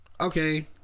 okay